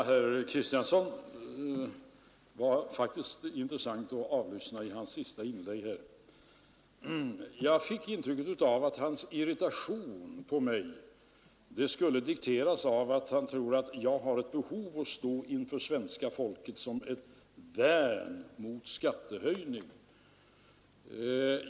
Herr talman! Herr Kristiansson i Harplinge var faktiskt intressant att avlyssna i hans senaste inlägg. Jag fick ett intryck av att hans irritation över mig dikterades av att han tror att jag har ett behov av att stå inför svenska folket som ett värn mot skattehöjning.